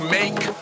make